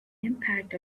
impact